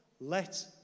Let